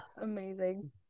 Amazing